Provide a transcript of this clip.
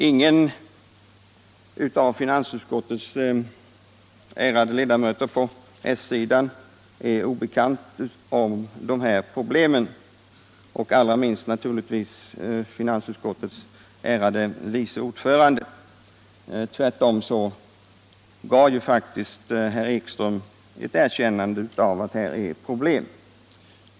Ingen av finansutskottets socialdemokratiska ledamöter är obekant med dessa problem, allra minst naturligtvis finansutskottets ärade vice ordförande. Tvärtom erkände herr Ekström att här finns problem.